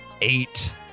eight